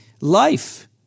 life